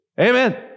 Amen